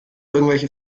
irgendwelche